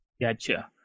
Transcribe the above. Gotcha